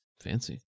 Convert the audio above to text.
Fancy